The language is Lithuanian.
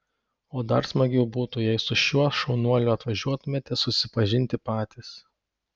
o dar smagiau būtų jei su šiuo šaunuoliu atvažiuotumėte susipažinti patys